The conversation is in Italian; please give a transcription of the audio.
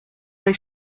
dai